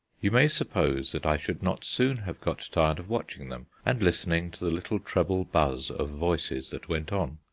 you may suppose that i should not soon have got tired of watching them and listening to the little treble buzz of voices that went on,